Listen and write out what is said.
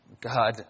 God